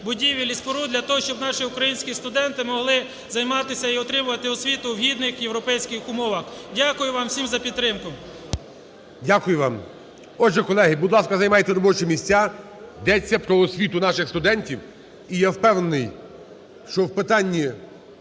будівель і споруд для того, щоб наші українські студенти могли займатися і отримувати освіту в гідних європейських умовах. Дякую вам всім за підтримку. ГОЛОВУЮЧИЙ. Дякую вам. Отже, колеги, будь ласка, займайте робочі місця. Йдеться про освіту наших студентів. І я впевнений, що в питанні